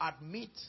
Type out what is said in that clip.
admit